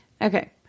Okay